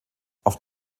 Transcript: auf